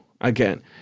again